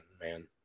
man